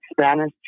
Spanish